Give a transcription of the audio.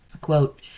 Quote